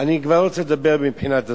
אני כבר לא רוצה לדבר מבחינת הזמן,